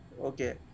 okay